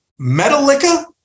Metallica